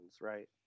right